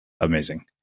Amazing